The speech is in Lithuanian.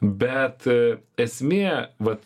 bet esmė vat